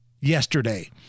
yesterday